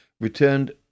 returned